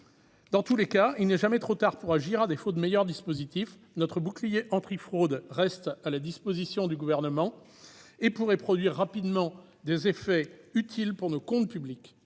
Dans tous les cas, il n'est jamais trop tard pour agir. À défaut de meilleurs dispositifs, notre bouclier antifraude reste à la disposition du Gouvernement et pourrait produire rapidement des effets utiles pour nos comptes publics.